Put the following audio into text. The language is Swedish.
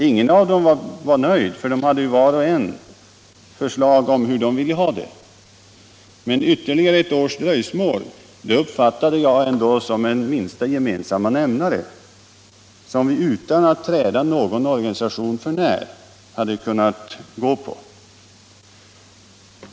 Ingen av dem var nöjd, för båda parter hade förslag om hur de ville ha det, men ytterligare ett års dröjsmål uppfattade jag ändå som en minsta gemensamma nämnare som vi utan att träda någon organisation för när hade kunnat gå på.